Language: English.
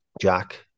Jack